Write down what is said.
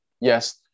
yes